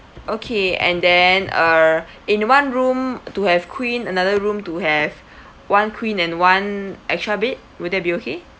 okay and then err in one room to have queen another room to have one queen and one extra bed would that be okay